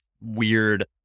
weird